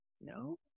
No